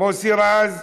מוסי רז,